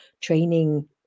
training